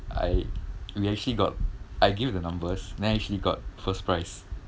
I we actually got I gave him the numbers and actually got first prize